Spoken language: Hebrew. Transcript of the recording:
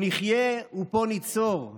/ פה נחיה ופה ניצור /